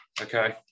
Okay